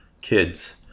kids